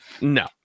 No